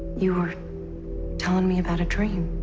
you were telling me about a dream.